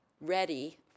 ready